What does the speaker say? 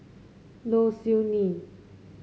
Low Siew Nghee